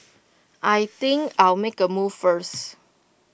I think I'll make A move first